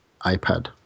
iPad